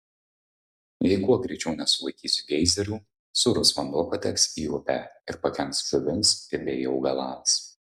jei kuo greičiau nesulaikysiu geizerių sūrus vanduo pateks į upę ir pakenks žuvims bei augalams